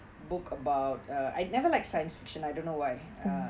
book about err I never like science fiction I don't know why uh